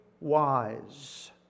wise